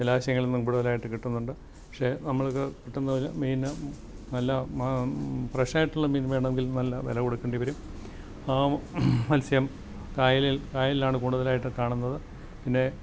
ജലാശയങ്ങളില് നിന്നും കൂടുതലായിട്ട് കിട്ടുന്നുണ്ട് പക്ഷേ നമ്മള്ക്ക് കിട്ടുന്നത് മെയിൻ നല്ല മാ ഫ്രഷായിട്ടുള്ള മീന് വേണമെങ്കില് നല്ല വില കൊടുക്കേണ്ടി വരും മത്സ്യം കായലില് കായലിലാണ് കൂടുതലായിട്ട് കാണുന്നത് പിന്നെ